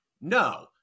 No